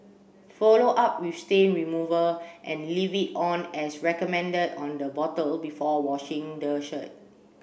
follow up with stain remover and leave it on as recommended on the bottle before washing the shirt